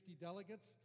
delegates